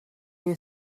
you